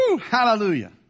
Hallelujah